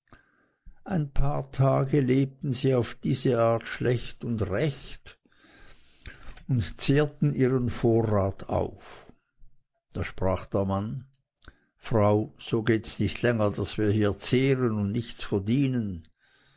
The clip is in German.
ein paar tage lebten sie auf diese art schlecht und recht und zehrten ihren vorrat auf da sprach der mann frau so gehts nicht länger daß wir hier zehren und nichts verdienen